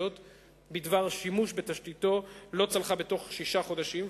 בדבר שימוש בתשתיתו לא צלחה בתום שישה חודשים,